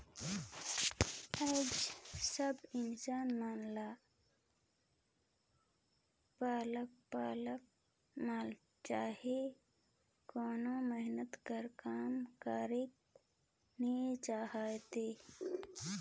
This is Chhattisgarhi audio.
आएज सब मइनसे मन ल पकल पकाल माल चाही कोनो मेहनत कर काम करेक नी चाहे